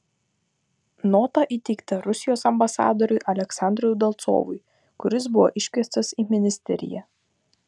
nota įteikta rusijos ambasadoriui aleksandrui udalcovui kuris buvo iškviestas į ministeriją